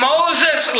Moses